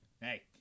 Hey